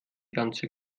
ganze